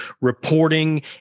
reporting